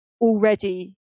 already